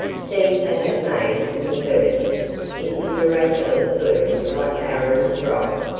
seemed to have made them burst into miraculous bloom like aaron's rod.